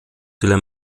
tyle